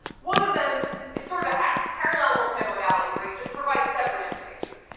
one of them is sort of a hack, parallel multimodalality where you just provide separate interfaces,